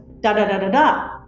da-da-da-da-da